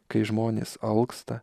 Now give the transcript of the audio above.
kai žmonės alksta